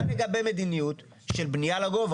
מה לגבי מדיניות של בנייה לגובה.